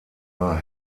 war